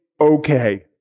okay